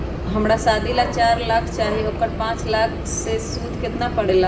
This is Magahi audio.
हमरा शादी ला चार लाख चाहि उकर पाँच साल मे सूद कितना परेला?